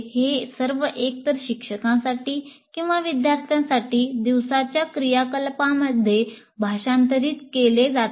हे सर्व एकतर शिक्षकांसाठी किंवा विद्यार्थ्यांसाठी दिवसाच्या क्रियाकलापांमध्ये भाषांतरित केले जाते